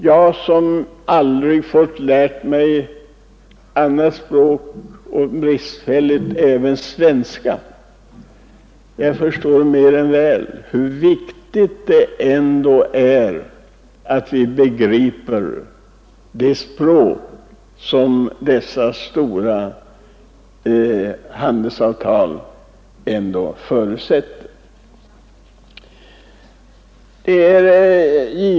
Jag som aldrig fått lära mig annat språk än svenska och även det bristfälligt förstår mer än väl hur viktigt det ändå är att vi begriper det språk som dessa stora handelsavtal från början är skrivna på.